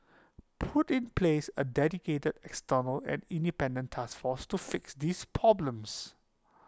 put in place A dedicated external and independent task force to fix these problems